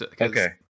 Okay